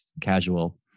casual